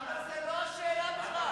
אבל זו לא שאלה בכלל.